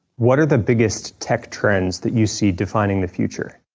what are the biggest tech trends that you see defining the future?